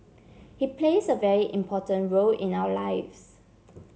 he plays a very important role in our lives